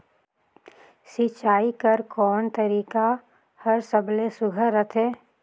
सिंचाई कर कोन तरीका हर सबले सुघ्घर रथे?